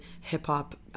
hip-hop